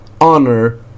honor